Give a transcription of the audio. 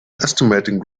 estimating